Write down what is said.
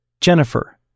Jennifer